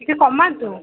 ଟିକେ କମାନ୍ତୁ